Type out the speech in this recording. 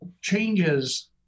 changes